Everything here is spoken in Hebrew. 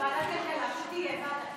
ונעביר את זה כשתהיה ועדת כלכלה.